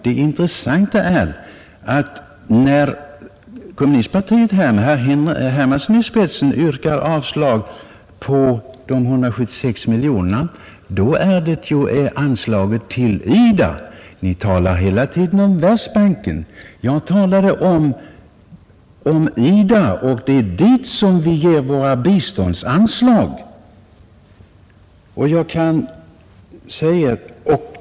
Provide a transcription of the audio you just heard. Det intressanta är att när vänsterpartiet kommunisterna med herr Hermansson i spetsen yrkat avslag på de 176 miljonerna, gäller det anslaget till IDA. Ni talar hela tiden om Världsbanken. Jag talade om IDA, och det är till denna organisation vi ger våra biståndsanslag.